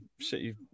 City